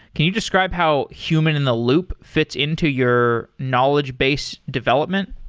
can you describe how human in the loop fits into your knowledge base development?